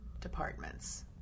departments